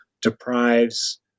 deprives